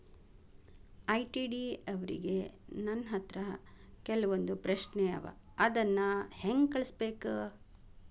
ITD ಅವ್ರಿಗೆ ನನ್ ಹತ್ರ ಕೆಲ್ವೊಂದ್ ಪ್ರಶ್ನೆ ಅವ ಅದನ್ನ ಹೆಂಗ್ ಕಳ್ಸ್ಬೇಕ್?